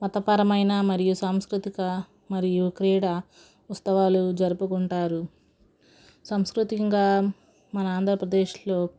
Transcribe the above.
మతపరమైన మరియు సాంస్కృతిక మరియు క్రీడా ఉత్సవాలు జరుపుకుంటారు సాంస్కృతికంగా మన ఆంధ్రప్రదేశ్లో